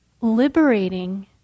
liberating